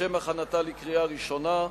לשם הכנתה לקריאה ראשונה.